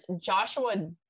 Joshua